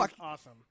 awesome